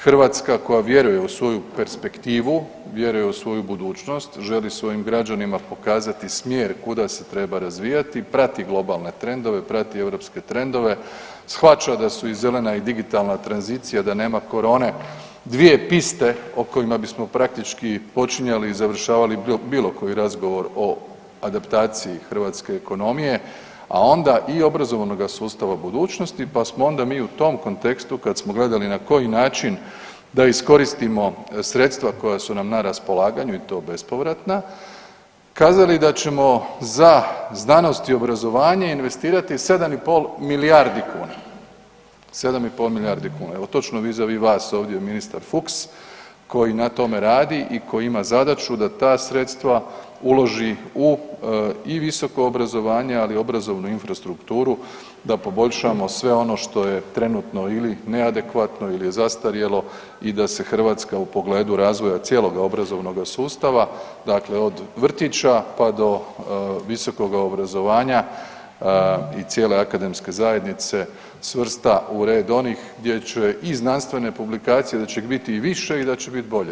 Hrvatska koja vjeruje u svoju perspektivu, vjeruje u svoju budućnost, želi svojim građanima pokazati smjer kuda se treba razvijati i prati globalne trendove, prati europske trendove, shvaća da su i zelena i digitalna tranzicija da nema korone dvije piste o kojima bismo praktički počinjali i završavali bilo koji razgovor o adaptaciji hrvatske ekonomije, a onda i obrazovanoga sustava budućnosti, pa smo onda mi u tom kontekstu kad smo gledali na koji način da iskoristimo sredstva koja su nam na raspolaganju i to bespovratna kazali da ćemo za znanost i obrazovanje investirati 7,5 milijardi kuna, 7,5 milijardi kuna, evo točno vizavi vas, ovdje je ministar Fuchs koji na tome radi i koji ima zadaću da ta sredstva uloži u i visoko obrazovanje, ali i u obrazovnu infrastrukturu da poboljšamo sve ono što je trenutno ili neadekvatno ili je zastarjelo i da se Hrvatska u pogledu razvoja cijeloga obrazovnoga sustava dakle od vrtića pa do visokoga obrazovanja i cijele akademske zajednice, svrsta u red onih gdje će i znanstvene publikacije, da će ih biti više i da će biti bolje.